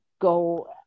go